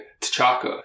T'Chaka